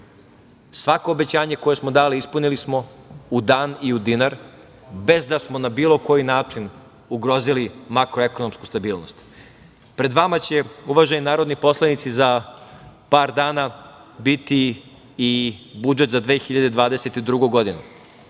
svako obećanje koje smo dali ispunili smo u dan i u dinar bez da smo na bilo koji način ugrozili makroekonomsku stabilnost. Pred vama je, uvaženi narodni poslanici, za par dana biti i budžet za 2022. godinu.